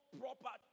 proper